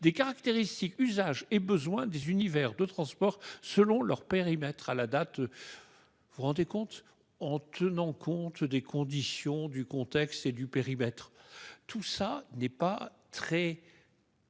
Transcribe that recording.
des caractéristiques usage et besoins des univers de transport selon leur périmètre à la date. Vous rendez compte, en tenant compte des conditions du contexte et du périmètre. Tout ça n'est pas très.